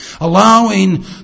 Allowing